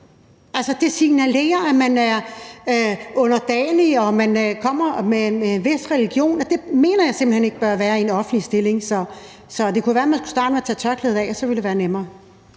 det signalerer, at man er underdanig, og at man kommer med en vis religion, og det mener jeg simpelt hen ikke bør være i en offentlig stilling. Så det kunne jo være, at man skulle starte med at tage tørklædet af, og så ville det være nemmere.